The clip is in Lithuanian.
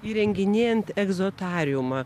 įrenginėjant egzotariumą